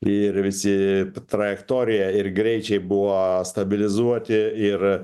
ir visi trajektorija ir greičiai buvo stabilizuoti ir